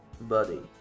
Buddy